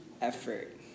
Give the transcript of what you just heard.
effort